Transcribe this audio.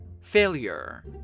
Failure